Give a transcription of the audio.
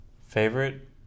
Favorite